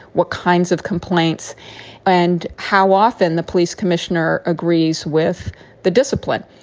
what kinds of complaints and how often the police commissioner agrees with the discipline.